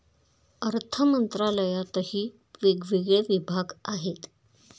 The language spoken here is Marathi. अर्थमंत्रालयातही वेगवेगळे विभाग आहेत